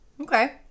Okay